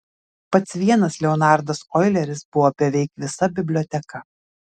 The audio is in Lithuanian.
pats vienas leonardas oileris buvo beveik visa biblioteka